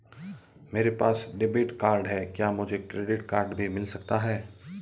मेरे पास debit card है क्या मुझे क्रेडिट कार्ड भी मिल सकता है?